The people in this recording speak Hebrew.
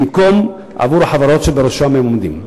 במקום עבור החברות שבראשן הם עומדים.